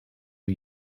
who